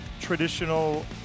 traditional